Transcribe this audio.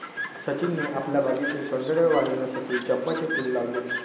सचिनने आपल्या बागेतील सौंदर्य वाढविण्यासाठी चंपाचे फूल लावले